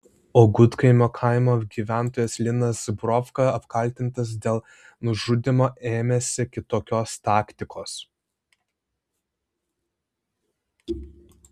o gudkaimio kaimo gyventojas linas brovka apkaltintas dėl nužudymo ėmėsi kitokios taktikos